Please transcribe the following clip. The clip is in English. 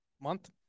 month